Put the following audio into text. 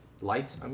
Light